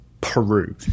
Peru